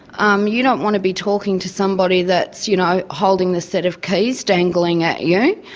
um you don't want to be talking to somebody that's you know holding the set of keys dangling at yeah you,